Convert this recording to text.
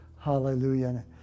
Hallelujah